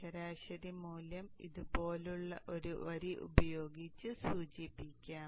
അതിനാൽ ശരാശരി മൂല്യം ഇതുപോലുള്ള ഒരു വരി ഉപയോഗിച്ച് സൂചിപ്പിക്കാം